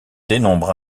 dénombre